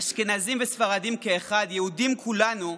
אשכנזים וספרדים כאחד, יהודים כולנו,